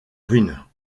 ruines